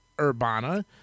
Urbana